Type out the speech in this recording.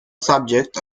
subject